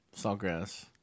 saltgrass